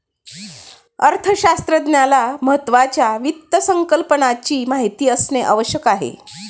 अर्थशास्त्रज्ञाला महत्त्वाच्या वित्त संकल्पनाची माहिती असणे आवश्यक आहे